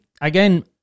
again